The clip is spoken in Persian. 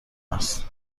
است